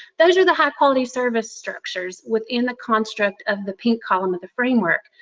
those are the high-quality service structures within the construct of the pink column of the framework.